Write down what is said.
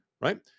right